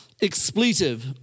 expletive